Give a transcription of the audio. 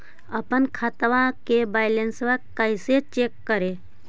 अपन खाता के बैलेंस कैसे चेक करे?